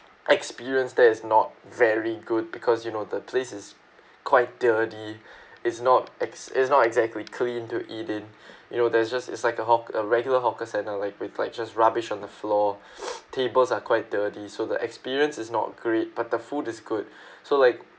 experience that is not very good because you know the place is quite dirty is not ex~ is not exactly clean to eat in you know there's just it's like a hawk~ a regular hawker center like with like just rubbish on the floor tables are quite dirty so the experience is not great but the food is good so like